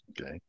Okay